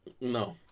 No